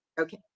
Okay